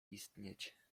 istnieć